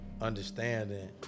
understanding